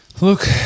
Look